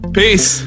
peace